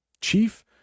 chief